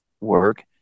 work